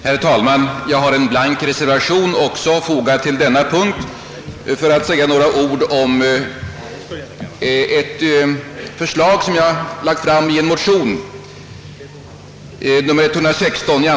Herr talman! Jag har en blank reservation fogad också till denna punkt. Jag skulle vilja säga några ord om ett förslag som jag har framlagt i motion nr II: 116.